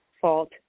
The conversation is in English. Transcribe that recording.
fault